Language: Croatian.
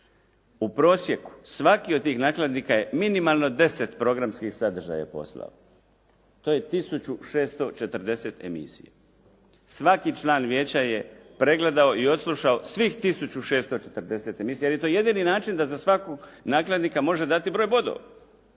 U prosjeku svaki od tih nakladnika je minimalno deset programskih sadržaja poslao. To je tisuću 640 emisija. Svaki član vijeća je pregledao i odslušao svih tisuću 640 emisija jer je to jedini način da za svakog nakladnika može dati broj bodova